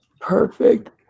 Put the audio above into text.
Perfect